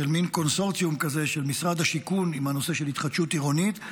של מעין קונסורציום כזה של משרד השיכון עם הנושא של התחדשות עירונית,